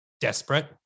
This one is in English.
desperate